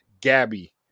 Gabby